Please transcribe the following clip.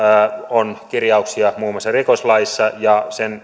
on kirjauksia muun muassa rikoslaissa ja sen